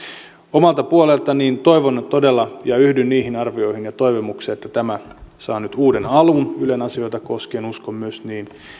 omalta puoleltani toivon todella ja yhdyn niihin arvioihin ja toivomuksiin että tämä saa nyt uuden alun ylen asioita koskien uskon myös niin